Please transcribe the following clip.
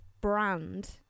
brand